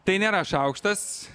tai nėra šaukštas